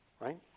Right